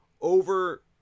over